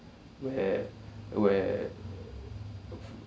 where where